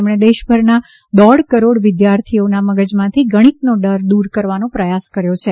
તેમણે દેશભરના દોઢ કરોડ વિદ્યાર્થીઓના મગજમાંથી ગણિતનો ડર દ્રર કરવાનો પ્રયાસ કર્યો છે